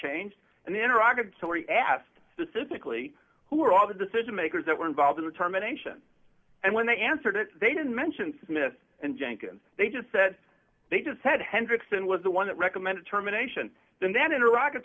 we asked specifically who are all the decision makers that were involved in the terminations and when they answered it they didn't mention smith and jenkins they just said they just said hendrickson was the one that recommended terminations and then in iraq a